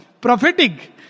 prophetic।